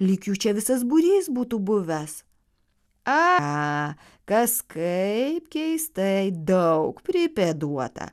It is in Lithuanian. lyg jų čia visas būrys būtų buvęs aha kaskaip keistai daug pripėduota